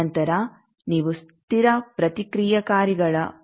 ನಂತರ ನೀವು ಸ್ಥಿರ ಪ್ರತಿಕ್ರಿಯಕಾರಿಗಳ 0